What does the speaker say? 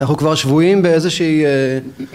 אנחנו כבר שבויים באיזה שהיא